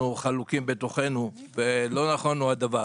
חלוקים בתוכנו ולא נכון הוא הדבר.